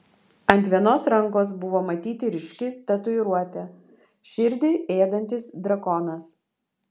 ant vienos rankos buvo matyti ryški tatuiruotė širdį ėdantis drakonas